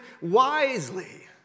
wisely